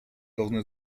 должны